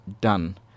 done